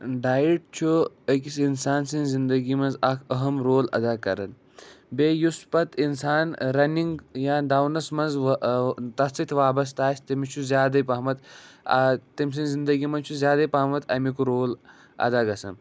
diet چھُ أکِس اِنسان سٕنٛز زِنٛدگی منٛز اَکھ اَہم رول اَدا کَرن بیٚیہِ یُس پَتہٕ اِنسان رَنِنٛگ یا دونَس منٛز تَتھ سۭتۍ وابَستہٕ آسہِ تٔمِس چھُ زیادَے پَہمَتھ آ تٔمۍ سٕنٛز زِنٛدگی منٛز چھُ زیادَے پَہمَتھ اَمیُک رول اَدا گژھان